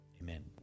Amen